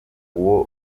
uwo